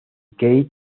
kate